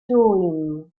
dwym